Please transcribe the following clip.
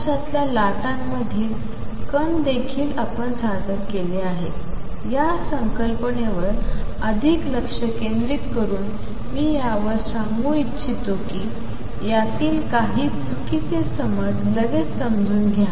प्रकाशातल्या लाटांमधील कण देखील आपण सादर केले आहेत या संकल्पनेवर अधिक लक्ष केंद्रित करून मी यावर सांगू इच्छितो की यातले काही चुकीचे समज लगेच समजून घ्या